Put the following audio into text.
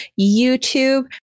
youtube